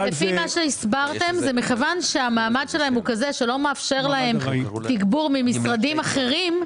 לפי מה שהסברתם זה מכיוון שהמעמד שלהם לא מאפשר תגבור ממשרדים אחרים,